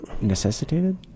Necessitated